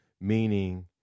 meaning